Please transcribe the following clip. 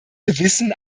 gewissen